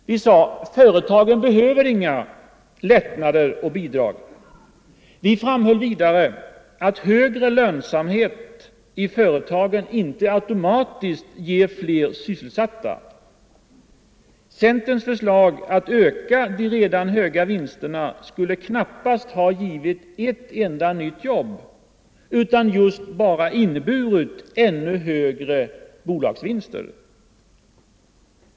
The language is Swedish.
Vi sade: Företagen behöver inga lättnader och bidrag. Vi framhöll vidare att högre lönsamhet i företagen inte automatiskt ger fler sysselsatta. Centerns förslag om att öka de redan höga vinsterna skulle knappast ha givit ett enda nytt jobb utan bara inneburit ännu högre bolagsvinster.